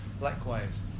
Likewise